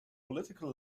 political